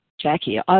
Jackie